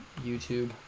YouTube